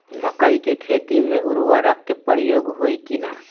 मकई के खेती में उर्वरक के प्रयोग होई की ना?